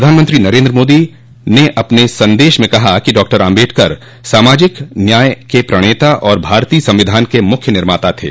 प्रधानमंत्री नरेन्द्र मोदी ने अपने संदेश में कहा कि डॉ आम्बेडकर सामाजिक न्याय के प्रणेता और भारतीय संविधान के मुख्य निर्माता थे